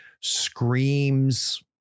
screams